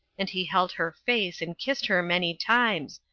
and he held her face and kissed her many times,